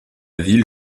ville